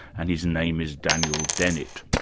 and his name is daniel dennett.